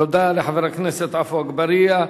תודה לחבר הכנסת עפו אגבאריה.